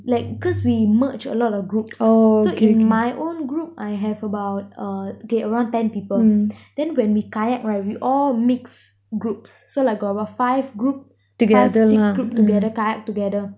like cause we merge a lot of groups so in my own group I have about uh okay around ten people then when we kayak right we all mixed groups so like got around five group five six group together kayak together